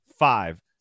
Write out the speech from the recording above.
five